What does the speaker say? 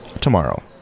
tomorrow